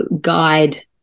guide